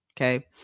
Okay